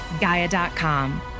Gaia.com